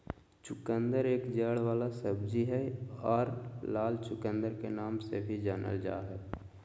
चुकंदर एक जड़ वाला सब्जी हय आर लाल चुकंदर के नाम से भी जानल जा हय